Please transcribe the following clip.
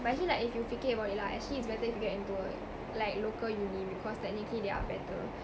but actually like if you fikir about it lah actually it's better if you get into a like local uni because technically they are better